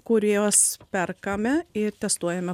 kuriuos perkame ir testuojame